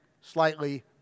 slightly